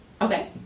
okay